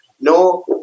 no